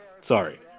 sorry